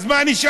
אז מה נשאר?